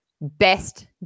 best